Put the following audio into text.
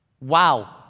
Wow